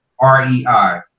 REI